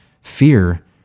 fear